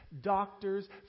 doctors